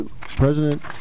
President